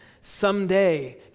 Someday